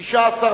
נתקבלו.